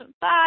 Bye